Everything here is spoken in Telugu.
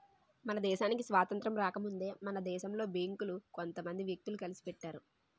మన దేశానికి స్వాతంత్రం రాకముందే మన దేశంలో బేంకులు కొంత మంది వ్యక్తులు కలిసి పెట్టారు